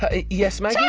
ah yes, maggie?